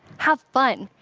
have fun,